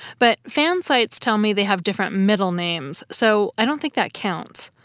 but fan sites tell me they have different middle names, so i don't think that counts.